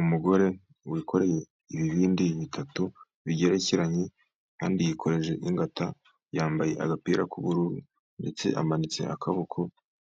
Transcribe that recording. Umugore wikoreye ibibindi bitatu bigerekeranye kandi yikoreje ingata, yambaye agapira k'ubururu ndetse amanitse akaboko,